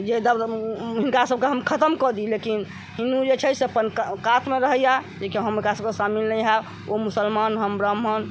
जे हिनका सबके हम खतम कऽ दी लेकिन हिन्दू जे छै से अपन कात मे रहैया जेकी हम एकरसबमे शामिल नहि होयब ओ मुसलमान हम ब्राह्मण